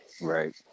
right